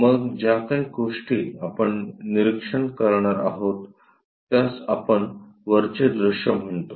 मग ज्या काही गोष्टी आपण निरिक्षण करणार आहोत त्यास आपण वरचे दृश्य म्हणतो